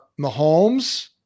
Mahomes